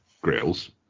Grills